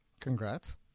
Congrats